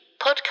podcast